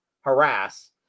harass